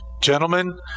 Gentlemen